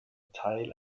teil